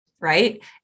right